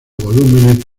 volúmenes